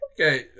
Okay